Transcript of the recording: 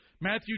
Matthew